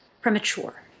premature